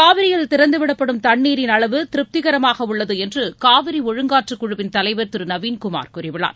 காவிரியில் திறந்துவிடப்படும் தண்ணீரின் அளவு திருப்திகரமாக உள்ளது என்று காவிரி ஒழுங்காற்றுக்குழுவின் தலைவர் திரு நவின்குமார் கூறியுள்ளார்